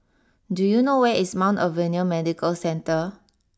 do you know where is Mount Alvernia Medical Centre